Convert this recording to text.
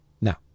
Now